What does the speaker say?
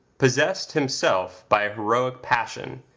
possessed himself by a heroic passion,